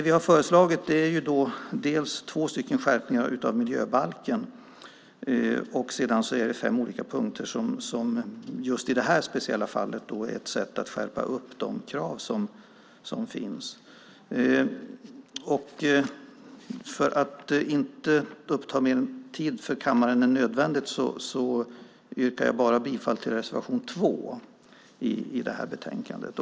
Vi har föreslagit två skärpningar av miljöbalken och fem punkter som just i det här speciella fallet är ett sätt att skärpa de krav som finns. För att inte uppta mer tid för kammaren än nödvändigt yrkar jag bifall bara till reservation 2 i betänkandet.